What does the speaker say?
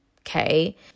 Okay